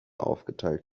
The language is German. aufgeteilt